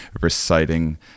reciting